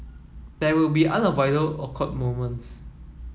there will be unavoidable awkward moments